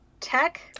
Tech